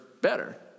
better